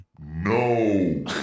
No